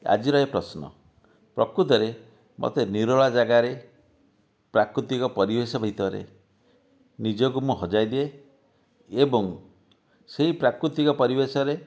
ଆଜିର ଏ ପ୍ରଶ୍ନ ପ୍ରକୃତରେ ମୋତେ ନିରୋଳା ଜାଗାରେ ପ୍ରାକୃତିକ ପରିବେଶ ଭିତରେ ନିଜକୁ ମୁଁ ହଜାଇଦିଏ ଏବଂ ସେହି ପ୍ରାକୃତିକ ପରିବେଶରେ